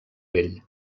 vell